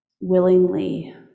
willingly